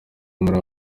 muri